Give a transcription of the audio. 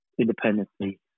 independently